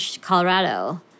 Colorado